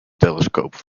telescope